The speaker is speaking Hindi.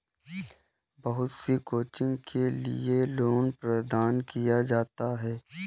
बहुत सी कोचिंग के लिये लोन प्रदान किया जाता है